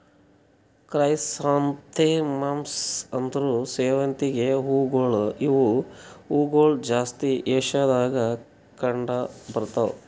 chrysanthemums ಅಂದುರ್ ಸೇವಂತಿಗೆ ಹೂವುಗೊಳ್ ಇವು ಹೂಗೊಳ್ ಜಾಸ್ತಿ ಏಷ್ಯಾದಾಗ್ ಕಂಡ್ ಬರ್ತಾವ್